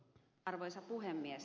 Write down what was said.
arvoisa puhemies